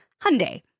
Hyundai